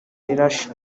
rirashe